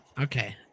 Okay